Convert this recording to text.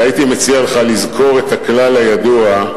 והייתי מציע לך לזכור את הכלל הידוע,